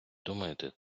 думаєте